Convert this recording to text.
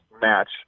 match